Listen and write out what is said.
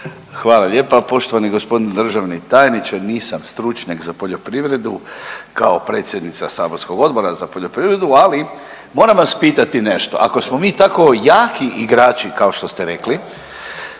Hvala lijepa. Poštovani g. državni tajniče, nisam stručnjak za poljoprivredu kao predsjednica saborskog Odbora za poljoprivredu, ali moram vas pitati nešto. Ako smo mi tako jaki igrači kao što ste rekli,